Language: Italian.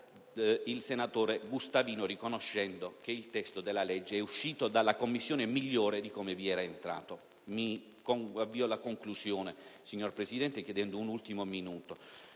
il senatore Gustavino, riconoscendo che il testo della legge è uscito dalla Commissione migliore di come vi era entrato. Mi avvio alla conclusione, signora Presidente, chiedendo un ultimo minuto.